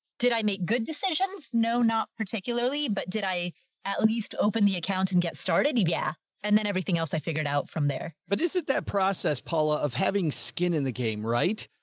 did i make good decisions? no, not particularly, but did i at least open the account and get started? yeah. and then everything else i figured out from there. but this is that process, paula, of having skin in the game, right,